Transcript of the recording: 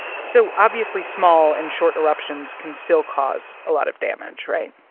so obviously, small and short eruptions can still cause a lot of damage, right?